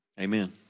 Amen